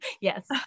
Yes